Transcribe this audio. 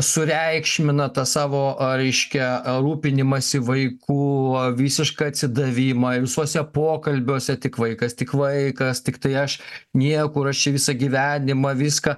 sureikšmina tą savo reiškia rūpinimąsi vaiku visišką atsidavimą visuose pokalbiuose tik vaikas tik vaikas tiktai aš niekur aš čia visą gyvenimą viską